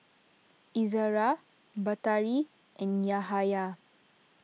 Izzara Batari and Yahaya